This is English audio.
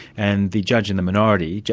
and the judge in the minority,